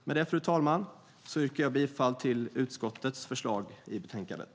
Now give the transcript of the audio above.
Med det, fru talman, yrkar jag bifall till utskottets förslag i betänkandet.